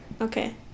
Okay